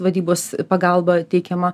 vadybos pagalba teikiama